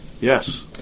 Yes